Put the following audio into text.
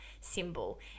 symbol